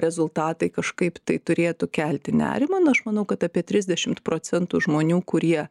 rezultatai kažkaip tai turėtų kelti nerimą nu aš manau kad apie trisdešimt procentų žmonių kurie